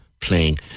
playing